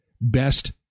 best